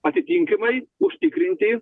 atitinkamai užtikrinti